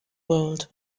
world